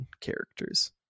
characters